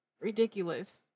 Ridiculous